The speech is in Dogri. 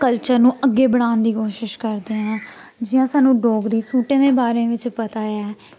कलचर नू अग्गें बधाने दी कोशिश करदे ऐं जि'यां सानूं डोगरी सूटें दे बारे च पता ऐ